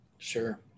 Sure